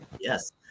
Yes